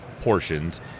portions